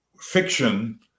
fiction